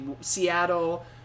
Seattle